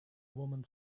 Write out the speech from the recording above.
woman